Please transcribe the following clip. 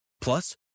Plus